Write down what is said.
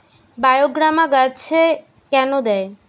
বায়োগ্রামা গাছে কেন দেয়?